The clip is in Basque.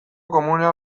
komunera